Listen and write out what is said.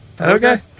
Okay